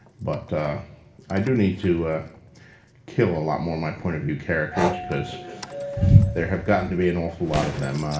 but i do need to kill a lot more of my point of view characters because there have gotten to be an awful lot of them.